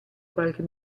qualche